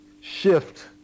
shift